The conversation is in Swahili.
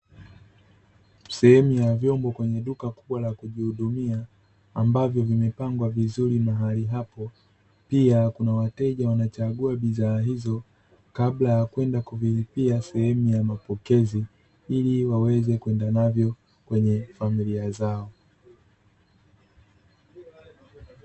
Sehemu ya vyombo kwenye duka kubwa la kujihudumia ambavyo vimepangwa vizuri mahali hapo. Pia kuna wateja wanachagua bidhaa hizo kabla ya kwenda kuvilipia sehemu ya mapokezi ili waweze kwenda navyo kwenye familia zao.